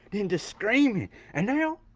then the screaming and now.